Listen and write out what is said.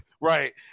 Right